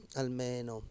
almeno